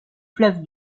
fleuves